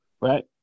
right